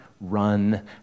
run